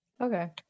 Okay